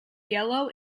yellow